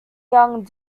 young